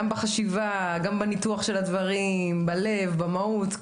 גם בחשיבה, גם בניתוח של הדברים, בלב, במהות.